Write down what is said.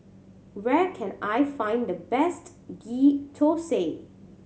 where can I find the best Ghee Thosai